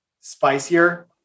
spicier